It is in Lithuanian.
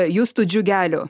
justo džiugeliu